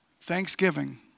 thanksgiving